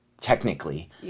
technically